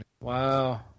wow